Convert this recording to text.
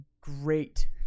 great